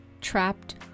trapped